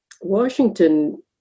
Washington